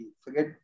Forget